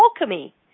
alchemy